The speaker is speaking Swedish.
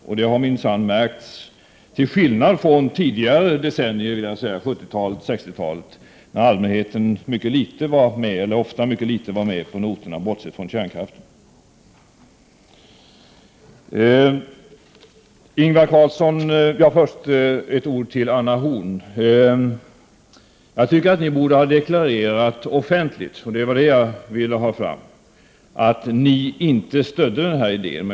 Detta har minsann märkts, till skillnad från hur det var under tidigare decennier, på 1960 och 1970-talen, då allmänheten bortsett från kärnkraftsfrågan ofta var mycket litet med på noterna. Ett ord till Anna Horn af Rantzien. Miljöpartiet borde offentligt ha deklarerat, det var det jag ville få fram, att ni inte stödde valkartellsidéen.